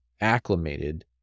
acclimated